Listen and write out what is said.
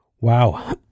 Wow